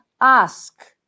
ask